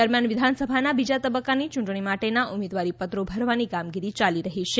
દરમિયાન વિધાનસભાના બીજા તબક્કાની ચૂંટણી માટેના ઉમેદવારી પત્રો ભરવાની કામગીરી ચાલી રહી છે